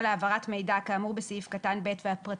ו-(6)